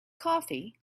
coffee